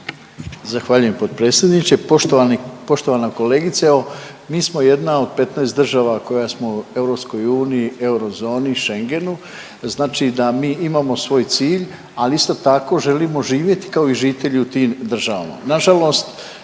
Zahvaljujem potpredsjedniče. Poštovani, poštovana kolegice evo mi smo jedna od 15 država koja smo u EU, eurozoni i Schengenu, znači da mi imamo svoj cilj, ali isto tako želimo živjeti kao i žitelji u tim državama. Nažalost,